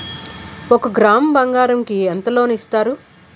ఒక గ్రాము బంగారం కి ఎంత లోన్ ఇస్తారు?